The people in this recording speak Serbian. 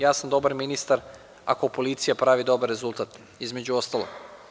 Ja sam dobar ministar ako policija pravi dobar rezultat, između ostalog.